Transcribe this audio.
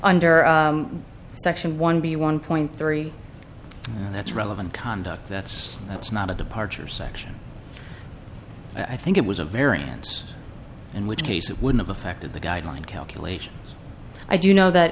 under section one b one point three that's relevant conduct that's that's not a departure section i think it was a variance in which case it would have affected the guideline calculation i do know that